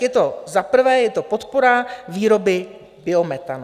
Je to za prvé podpora výroby biometanu.